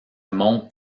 montrent